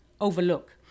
overlook